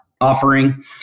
offering